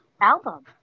album